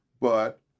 but-